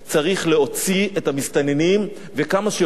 צריך להוציא את המסתננים וכמה שיותר מהר.